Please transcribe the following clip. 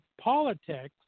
politics